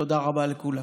תודה רבה לכולם.